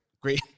Great